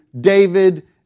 David